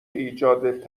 ایجاد